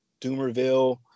Dumerville